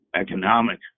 economic